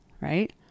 right